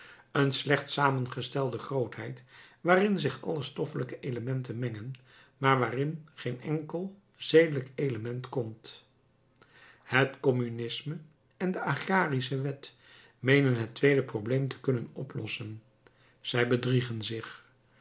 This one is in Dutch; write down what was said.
een slecht samengestelde grootheid waarin zich alle stoffelijke elementen mengen maar waarin geen enkel zedelijk element komt het communisme en de agrarische wet meenen het tweede probleem te kunnen oplossen zij bedriegen zich